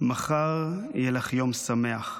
מחר יהיה לך יום שמח.